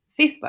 facebook